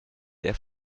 der